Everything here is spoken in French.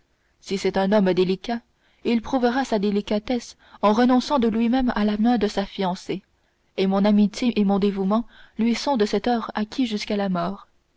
si c'est un homme délicat il prouvera sa délicatesse en renonçant de lui-même à la main de sa fiancée et mon amitié et mon dévouement lui sont de cette heure acquis jusqu'à la mort